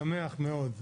מאוד,